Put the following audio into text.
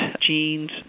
genes